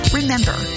Remember